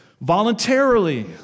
voluntarily